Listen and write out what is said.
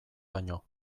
baino